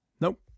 Nope